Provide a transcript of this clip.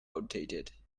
outdated